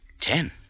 Ten